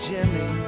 Jimmy